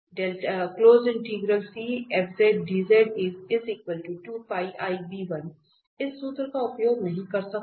इस सूत्र का उपयोग नहीं कर सकते हैं